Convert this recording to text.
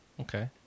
Okay